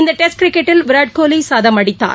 இந்த டெஸ்ட் கிரிக்கெட்டில் விராட்கோலி சதம் அடித்தார்